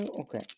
Okay